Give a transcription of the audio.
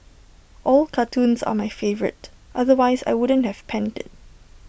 all cartoons are my favourite otherwise I wouldn't have penned IT